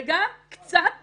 וגם קצת צניעות.